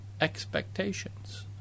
expectations